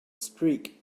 streak